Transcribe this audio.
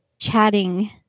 chatting